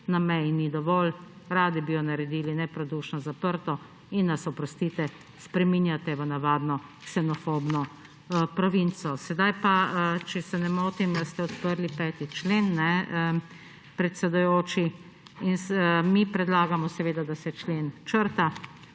na meji ni dovolj, radi bi jo naredili neprodušno zaprto in nas, oprostite, spreminjate v navadno ksenofobno provinco. Sedaj pa, če se ne motim, da ste odprli 5. člen, predsedujoči. Mi predlagamo, da se člen črta